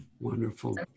Wonderful